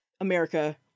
America